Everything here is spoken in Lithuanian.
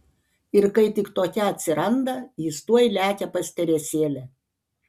ir kai tik tokia atsiranda jis tuoj lekia pas teresėlę